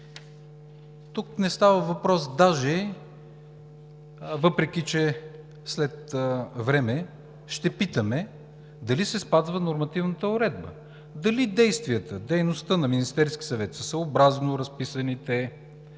Не става въпрос даже, въпреки че след време ще питаме дали се спазва нормативната уредба, дали действията, дейността на Министерския съвет е съобразно разписаните